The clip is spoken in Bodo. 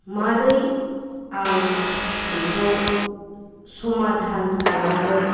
माबोरै आं बेखौ समाधान खालामगोन